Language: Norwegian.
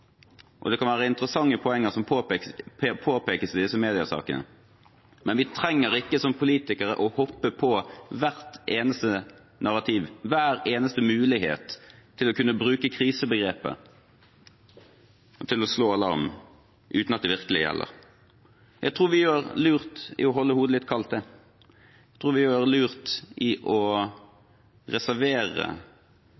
kommer, det kan være interessante poenger som påpekes i disse mediesakene, men vi trenger ikke som politikere å hoppe på hvert eneste narrativ, hver eneste mulighet til å kunne bruke krisebegrepet, til å slå alarm uten at det virkelig gjelder. Jeg tror vi gjør lurt i å holde hodet litt kaldt. Jeg tror vi gjør lurt i å